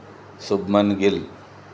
Shubman Gill